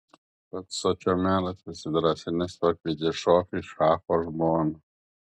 pats sočio meras įsidrąsinęs pakvietė šokiui šacho žmoną